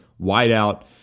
wideout